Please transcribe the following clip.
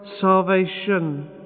salvation